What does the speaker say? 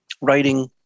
writing